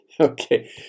Okay